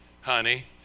honey